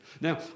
Now